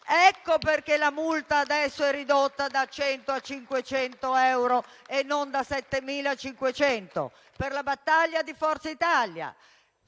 Ecco perché la multa adesso è ridotta da 100 a 500 euro, e non è da 7.500 euro: per la battaglia di Forza Italia.